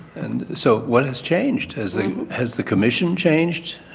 and so what has changed? has the has the commission changed